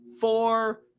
four